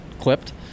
clipped